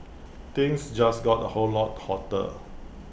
things just got A whole lot hotter